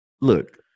look